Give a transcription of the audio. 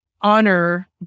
honor